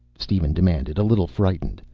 steven demanded, a little frightened.